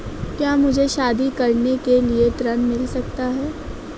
क्या मुझे शादी करने के लिए ऋण मिल सकता है?